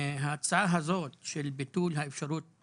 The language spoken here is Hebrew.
ההצעה הזאת של ביטול אפשרות